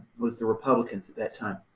was the republicans at that time.